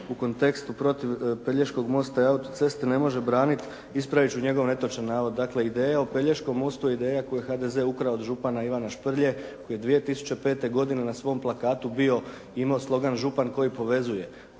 u kontekstu protiv Pelješkog mosta i autoceste ne može braniti, ispraviti ću njegov netočan navod. Dakle, ideja o Pelješkom mostu je ideja koju je HDZ ukrao od župana Ivana Šprlje koji je 2005. godine na svom plakatu bio, imao slogan "Župan koji povezuje",